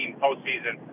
postseason